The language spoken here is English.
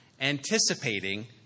anticipating